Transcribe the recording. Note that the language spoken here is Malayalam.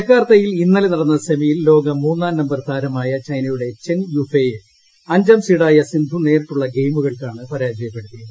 ജക്കാർത്തയിൽ ഇന്നലെ നടന്ന സെമിയിൽ ലോക മൂന്നാം നമ്പർ താരമായ ചൈനയുടെ ചെൻ യുഫെയെ അഞ്ചാം സീഡായ സിന്ധു നേരിട്ടുള്ള ഗെയിമുകൾക്കാണ് പരാജയപ്പെടുത്തിയത്